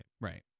Right